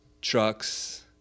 trucks